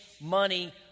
money